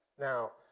now,